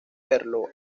verlo